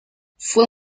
fue